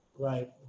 Right